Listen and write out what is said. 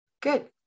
good